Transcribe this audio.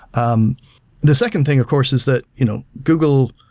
um the second thing, of course, is that you know google,